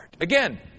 Again